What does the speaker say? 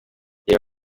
reba